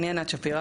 אני ענת שפירא,